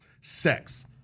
Sex